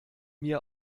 mir